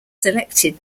selected